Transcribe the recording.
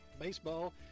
baseball